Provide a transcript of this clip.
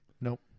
Nope